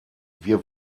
wir